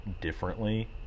differently